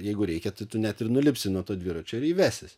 jeigu reikia tai tu net ir nulipsi nuo to dviračio ir jį vesis